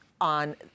on